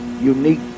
unique